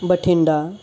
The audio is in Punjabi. ਬਠਿੰਡਾ